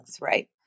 right